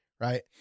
right